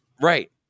right